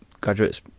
graduates